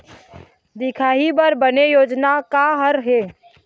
दिखाही बर बने योजना का हर हे?